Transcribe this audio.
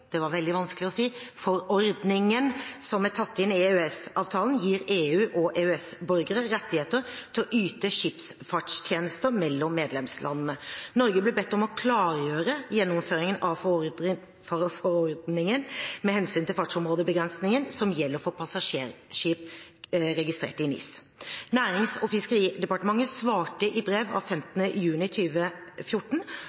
rettigheter til å yte skipsfartstjenester mellom medlemslandene. Norge ble bedt om å klargjøre gjennomføringen av forordningen med hensyn til fartsområdebegrensningen som gjelder for passasjerskip registrert i NIS. Nærings- og fiskeridepartementet svarte i brev av